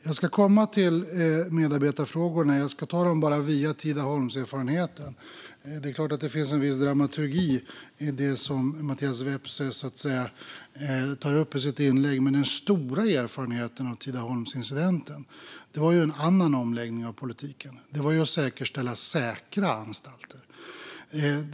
Jag ska komma till medarbetarfrågorna; jag ska bara ta dem via Tidaholmserfarenheten. Det är klart att det finns en viss dramaturgi i det som Mattias Vepsä tar upp. Men den stora erfarenheten av Tidaholmsincidenten var en annan omläggning av politiken. Det var att säkerställa säkra anstalter.